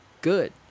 good